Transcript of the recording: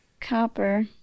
Copper